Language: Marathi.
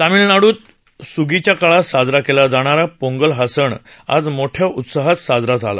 तामिळनाडूत सुगीच्या काळात साजरा केला जाणारा पोंगल हा सण आज मोठ्या उत्साहात सुरु झाला